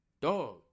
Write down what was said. Dog